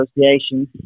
association